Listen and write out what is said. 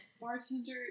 Bartender